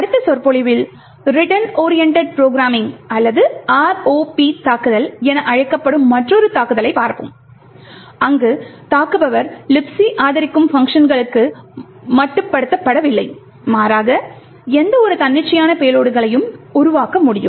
அடுத்த சொற்பொழிவில் Return Oriented Programming அல்லது ROP தாக்குதல் என அழைக்கப்படும் மற்றொரு தாக்குதலைப் பார்ப்போம் அங்கு தாக்குபவர் Libc ஆதரிக்கும் பங்க்ஷன்களுக்கு மட்டுப்படுத்தப்படவில்லை மாறாக எந்தவொரு தன்னிச்சையான பேலோடுகளையும் உருவாக்க முடியும்